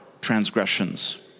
transgressions